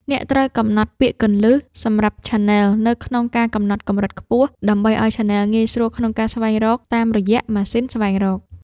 អ្នកត្រូវកំណត់ពាក្យគន្លឹះ សម្រាប់ឆានែលនៅក្នុងការកំណត់កម្រិតខ្ពស់ ដើម្បីឱ្យឆានែលងាយស្រួលក្នុងការស្វែងរកតាមរយៈម៉ាស៊ីនស្វែងរក។